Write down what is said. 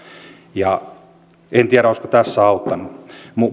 en tiedä olisiko se tässä auttanut